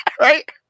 right